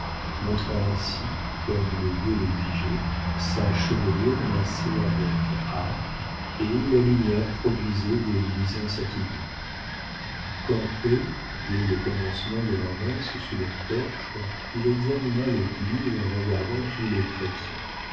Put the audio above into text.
montrant ainsi comme le lieu l'exigeait sa chevelure amassée avec art et où la lumière produisait des luisants satinés campé dès le commencement de la messe sous le porche il examina l'église en regardant tous les chrétiens